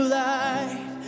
life